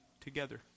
together